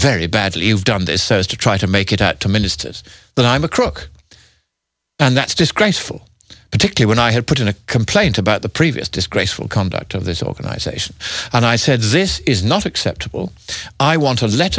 very badly you've done this so as to try to make it out to ministers that i'm a crook and that's disgraceful particular when i had put in a complaint about the previous disgraceful conduct of this organization and i said this is not acceptable i want a let